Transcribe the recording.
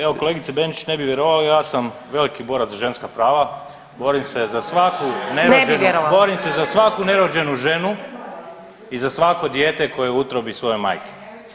Evo kolegice Benčić ne bi vjerovali ja sam veliki borac za ženska prava, borim se za svaku nerođenu [[Upadica Benčić: Ne bi vjerovala]] borim se za svaku nerođenu ženu i za svako dijete koje je u utrobi svoje majke.